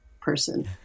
person